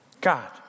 God